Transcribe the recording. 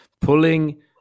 pulling